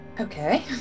Okay